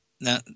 Now